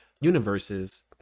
universes